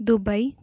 Dubai